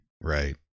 Right